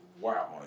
wow